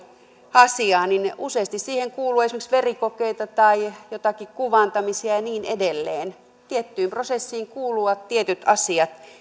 asiaa niin niin useasti siihen kuuluu esimerkiksi verikokeita tai joitakin kuvantamisia ja niin edelleen tiettyyn prosessiin kuuluvat tietyt asiat